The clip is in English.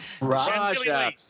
Raja